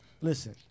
Listen